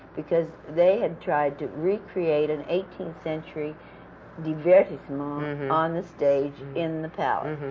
because they had tried to recreate an eighteenth-century divertissement on the stage in the palace,